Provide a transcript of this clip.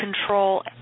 control